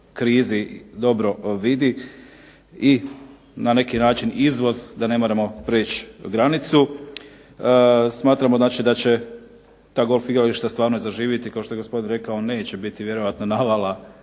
krizi dobro vidi. I na neki način izvoz da ne moramo preći granicu. Smatramo da će ta golf igrališta stvarno zaživiti, kao što je gospodin rekao neće vjerojatno biti navala